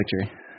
victory